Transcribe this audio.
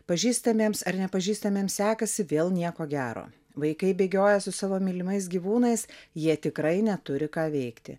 pažįstamiems ar nepažįstamiems sekasi vėl nieko gero vaikai bėgioja su savo mylimais gyvūnais jie tikrai neturi ką veikti